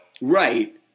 Right